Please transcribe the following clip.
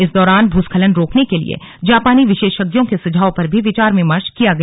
इस दौरान भूस्खलन रोकने के लिए जापानी विशेषज्ञों के सुझाव पर भी विचार विमर्श किया गया